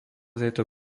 tejto